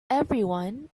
everyone